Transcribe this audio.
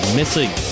missing